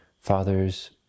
fathers